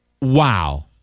Wow